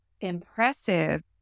impressive